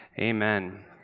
Amen